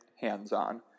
hands-on